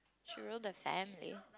should rule the family